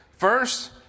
First